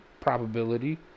probability